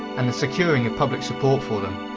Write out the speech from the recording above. and the securing of public support for them.